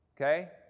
Okay